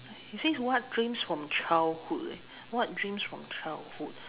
actually is what dreams from childhood leh what dreams from childhood